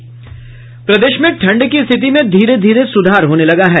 प्रदेश में ठंड की स्थिति में धीरे धीरे सुधार होने लगा है